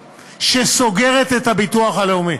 שסוגרת את הביטוח הלאומי.